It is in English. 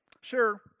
Sure